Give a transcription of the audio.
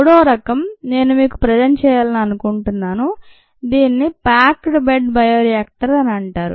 మూడవ రకం నేను మీకు ప్రజంట్ చేయాలని అనుకుంటున్నాను దీనిని ప్యాక్డ్ బెడ్ బయోరియాక్టర్ అని అంటారు